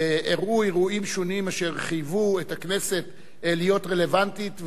ואירעו אירועים שונים אשר חייבו את הכנסת להיות רלוונטית,